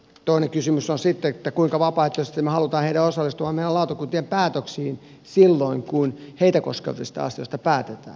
toinen kysymys on sitten kuinka vapaaehtoisesti me haluamme heidän osallistuvan meidän lautakuntiemme päätöksiin silloin kun heitä koskevista asioista päätetään